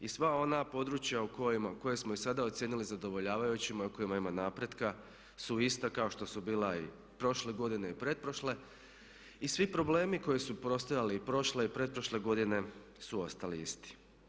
I sva ona područja koja smo i sada ocijenili zadovoljavajućima i u kojima ima napretka su ista kao što su bila i prošle godine i pretprošle i svi problemi koji su postojali i prošle i pretprošle godine su ostali isti.